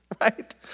right